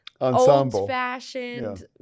old-fashioned